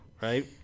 right